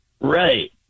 Right